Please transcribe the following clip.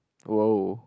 !woah!